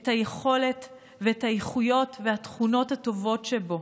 את היכולת ואת האיכויות והתכונות הטובות שבו.